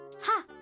Ha